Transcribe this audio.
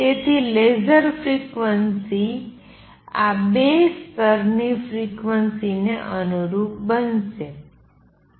તેથી laser frequency આ બે સ્તરની ફ્રિક્વન્સી ને અનુરૂપ બનશે